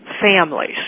families